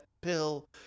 pill